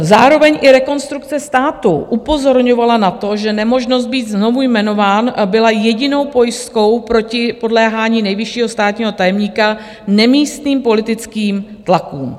Zároveň i Rekonstrukce státu upozorňovala na to, že nemožnost být znovu jmenován byla jedinou pojistkou proti podléhání nejvyššího státního tajemníka nemístným politickým tlakům.